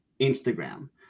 Instagram